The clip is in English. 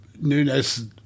Nunez